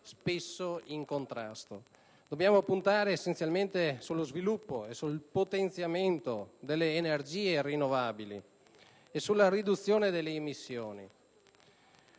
andate in contrasto. Dobbiamo puntare essenzialmente sullo sviluppo e sul potenziamento delle energie rinnovabili e sulla riduzione delle immissioni.